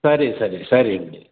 ಸರಿ ಸರಿ ಸರಿ ಬಿಡಿ